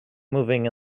moving